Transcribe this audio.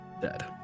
dead